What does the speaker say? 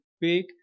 big